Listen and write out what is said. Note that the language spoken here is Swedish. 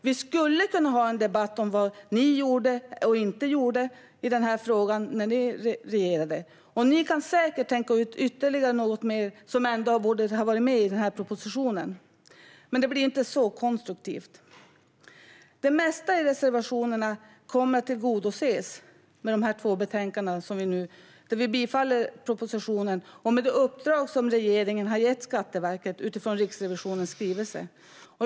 Vi skulle kunna ha en debatt om vad ni gjorde och inte gjorde i den här frågan när ni regerade, och ni kan säkert tänka ut ytterligare något som borde ha varit med i propositionen. Det blir dock inte särskilt konstruktivt. Det mesta i reservationerna kommer att tillgodoses genom förslagen i de här två betänkandena, där vi föreslår bifall till propositionen, och med det uppdrag som regeringen har gett till Skatteverket utifrån Riksrevisionens skrivelse.